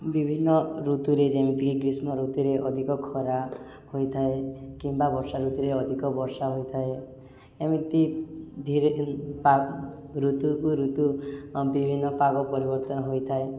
ବିଭିନ୍ନ ଋତୁରେ ଯେମିତିକି ଗ୍ରୀଷ୍ମ ଋତୁରେ ଅଧିକ ଖରା ହୋଇଥାଏ କିମ୍ବା ବର୍ଷା ଋତୁରେ ଅଧିକ ବର୍ଷା ହୋଇଥାଏ ଏମିତି ଧୀରେ ଋତୁକୁ ଋତୁ ବିଭିନ୍ନ ପାଗ ପରିବର୍ତ୍ତନ ହୋଇଥାଏ